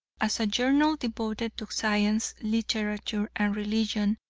as a journal devoted to science, literature, and religion,